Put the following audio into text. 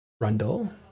Rundle